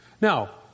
Now